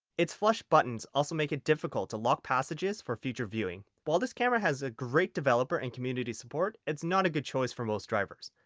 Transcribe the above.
it's flush buttons also make it difficult to lock passages for future viewing. while this camera has great developer and community support it's not a good choice for most drivers.